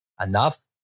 Enough